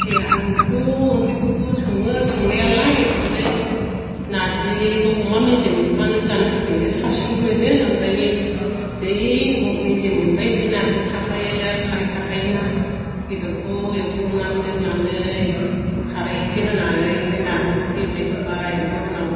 दे आंथ' ओंख्रिखौथ' सङो संनायालाय ओमफ्राय नार्जिखौ अमा मेजेम नुबानो जानो लुबैयो साबसिन मोनो ओमफ्राय बे जै मेजेम मोनबाय ओमफाय नार्जि थाखायो आरो खारै थाखायो ना बेदरखौ एवथ्रोमनानै दोननानै खारै एसे होनानै ओमफ्राय नार्जिखौ गेब्लेहाबाय ओमफ्राय उनाव